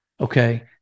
Okay